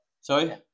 Sorry